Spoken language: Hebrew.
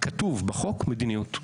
כתוב בחוק "מדיניות".